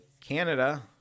Canada